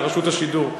של רשות השידור,